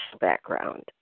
background